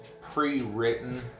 pre-written